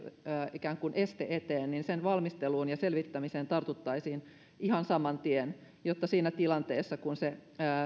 ikään kuin este eteen sen valmisteluun ja selvittämiseen tartuttaisiin ihan saman tien jotta siinä tilanteessa kun se